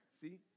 See